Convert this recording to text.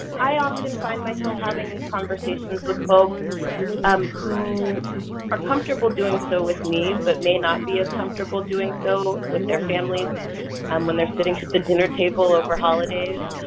i often find myself having these conversations with folks um who are comfortable doing so with me, but may not be as comfortable doing so with their families um when they're sitting at the dinner table over holidays,